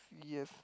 yes